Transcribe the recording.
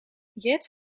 jet